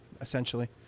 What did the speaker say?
essentially